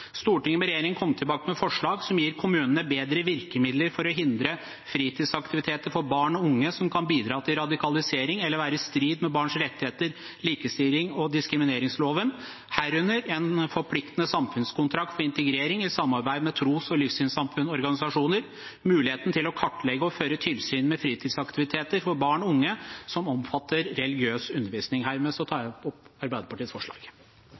regjeringen komme tilbake med forslag som gir kommunene bedre virkemidler til å hindre fritidsaktiviteter for barn og unge som kan bidra til radikalisering eller være i strid med barns rettigheter eller likestillings- og diskrimineringsloven, herunder: – en forpliktende samfunnskontrakt for integrering i samarbeid med tros- og livssynsamfunnenes organisasjoner – mulighet til å kartlegge og føre tilsyn med fritidsaktiviteter for barn og unge som omfatter religiøs undervisning.» Jeg tar herved opp Arbeiderpartiets forslag.